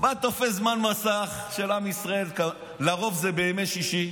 מה תופס זמן מסך של עם ישראל, לרוב זה בימי שישי.